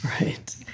right